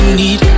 need